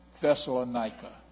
Thessalonica